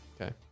Okay